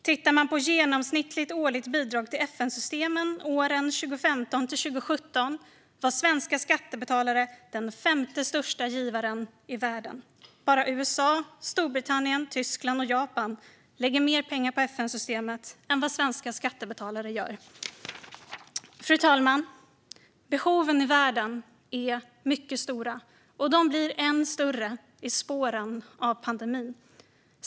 Tittar man på genomsnittligt årligt bidrag till FN-systemet åren 2015-2017 ser man att svenska skattebetalare var den femte största givaren i världen. Bara USA, Storbritannien, Tyskland och Japan lägger mer pengar på FN-systemet än vad svenska skattebetalare gör. Fru talman! Behoven i världen är mycket stora, och de blir än större i spåren av pandemin.